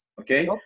Okay